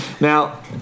Now